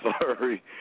sorry